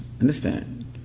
Understand